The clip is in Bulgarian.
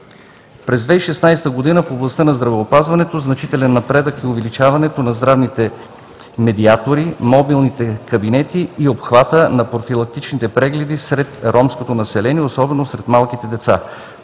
През 2016 г. в областта на здравеопазването значителен напредък е увеличаването на здравните медиатори, мобилните кабинети и обхватът на профилактичните прегледи сред ромското население, особено сред малките деца.